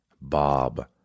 Bob